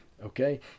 okay